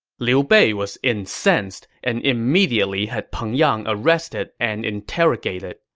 liu bei was incensed and immediately had peng yang arrested and interrogated.